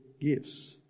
gifts